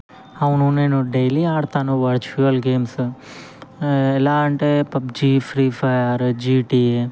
అవును నేను డైలీ ఆడతాను వర్చ్యువల్ గేమ్స్ ఎలా అంటే పబ్జీ ఫ్రీ ఫయిర్ జీటీ